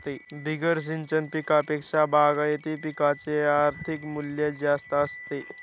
बिगर सिंचन पिकांपेक्षा बागायती पिकांचे आर्थिक मूल्य जास्त असते